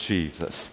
Jesus